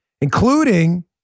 Including